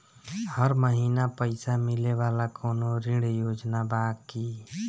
हर महीना पइसा मिले वाला कवनो ऋण योजना बा की?